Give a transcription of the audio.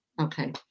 Okay